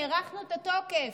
הארכנו את התוקף,